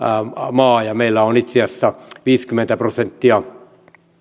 maa ja meillä on itse asiassa viisikymmentä prosenttia